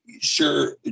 sure